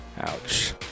Ouch